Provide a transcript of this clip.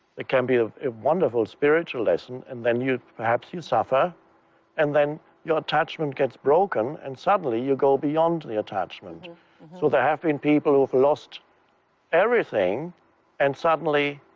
it can be a wonderful spiritual lesson. and then you perhaps you suffer and then your attachment gets broken and suddenly you go beyond the attachment. so there have been people who have lost everything and suddenly